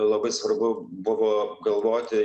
labai svarbu buvo galvoti